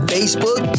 Facebook